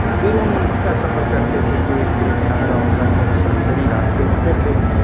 بیرون ملک کا سفر کرتے تھے تو ایک ایک سہارا ہوتا تھا وہ سمندری راستے ہوتے تھے